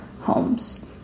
homes